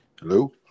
hello